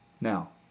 Now